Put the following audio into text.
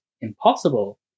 impossible